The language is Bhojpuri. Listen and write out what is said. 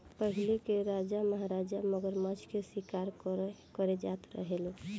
पहिले के राजा महाराजा मगरमच्छ के शिकार करे जात रहे लो